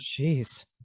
Jeez